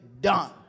done